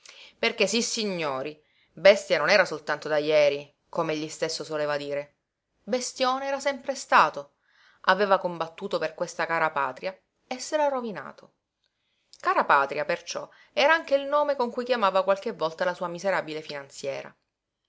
politico perché sissignori bestia non era soltanto da jeri come egli stesso soleva dire bestione era sempre stato aveva combattuto per questa cara patria e s'era rovinato cara-patria perciò era anche il nome con cui chiamava qualche volta la sua miserabile finanziera